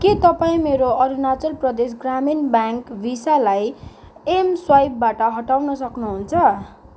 के तपाईँ मेरो अरुणाचल प्रदेश ग्रामीण ब्याङ्क भिसालाई एम स्वाइपबाट हटाउन सक्नुहुन्छ